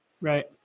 Right